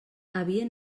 havien